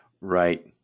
Right